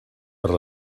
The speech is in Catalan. per